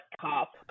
cop